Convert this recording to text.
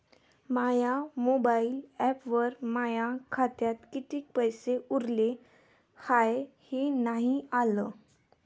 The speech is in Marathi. माया मोबाईल ॲपवर माया खात्यात किती पैसे उरले हाय हे नाही आलं